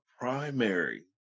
primary